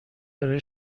داره